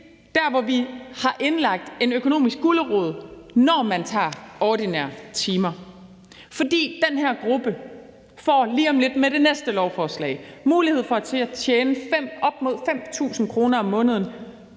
nemlig at vi har indlagt en økonomisk gulerod, når man tager ordinære timer. For den her gruppe får lige om lidt med det næste lovforslag mulighed for at tjene op mod 5.000 kr. om måneden,